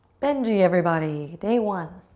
benji, everybody, day one.